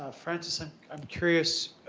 ah francis, and i'm curious,